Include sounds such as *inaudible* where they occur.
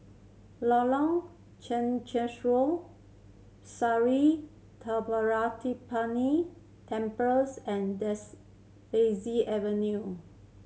Lorong *unintelligible* Chencharu Sri Thendayuthapani Temples and *unintelligible* Daisy Avenue